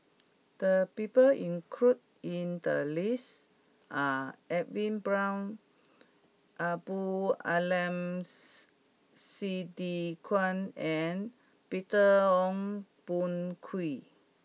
the people included in the list are Edwin Brown Abdul Aleem Siddique and Peter Ong Boon Kwee